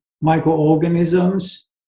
microorganisms